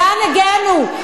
לאן הגענו?